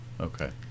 Okay